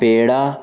پیڑا